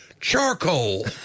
charcoal